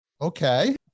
Okay